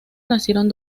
nacieron